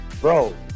bro